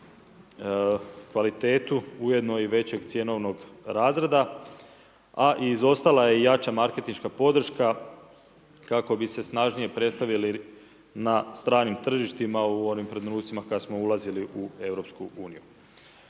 kvalitetu ujedno i većeg cjenovnog razreda a izostala je jača marketinška podrška kako bi se snažnije predstavili na stranim tržištima u onim trenucima kad smo ulazili u EU.